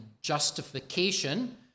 justification